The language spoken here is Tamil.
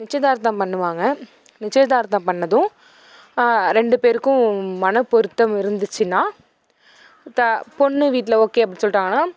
நிச்சயதார்த்தம் பண்ணுவாங்க நிச்சயதார்த்தம் பண்ணதும் ரெண்டு பேருக்கும் மணப்பொருத்தம் இருந்துச்சின்னா த பொண்ணு வீட்டில் ஓகே அப்படி சொல்லிட்டாங்கனா